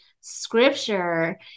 scripture